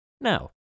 Now